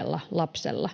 000 lapsella.